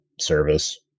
service